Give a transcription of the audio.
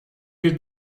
bir